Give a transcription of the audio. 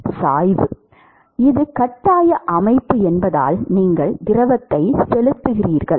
அழுத்தம் சாய்வு இது கட்டாய அமைப்பு என்பதால் நீங்கள் திரவத்தை செலுத்துகிறீர்கள்